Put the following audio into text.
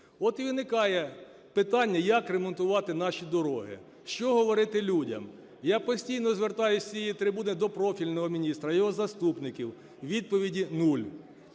От і виникає питання: як ремонтувати наші дороги, що говорити людям? Я постійно звертаюсь з цієї трибуни до профільного міністра, його заступників, відповіді – нуль.